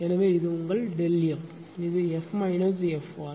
எனவே இது உங்கள் ΔF இது f fr